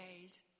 days